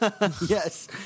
Yes